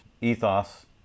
ethos